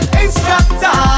instructor